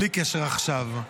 בלי קשר עכשיו.